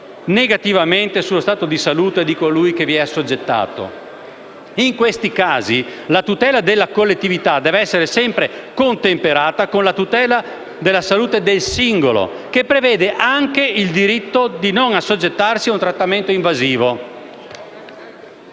negativamente sullo stato di salute di colui che vi è assoggettato. In questi casi, la tutela della collettività deve essere sempre contemperata con la tutela della salute del singolo, che prevede anche il diritto di non assoggettarsi a un trattamento invasivo.